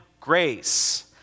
grace